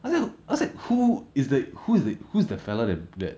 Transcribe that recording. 很像 what's that who is the who's the who's the fellow that that